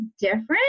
different